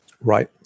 Right